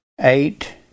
eight